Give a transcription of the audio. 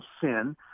sin